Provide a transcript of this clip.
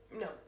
No